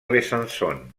besançon